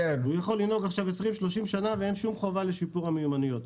הוא יכול לנהוג עכשיו 20-30 שנה ואין שום חובה לשיפור המיומנויות.